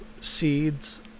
seeds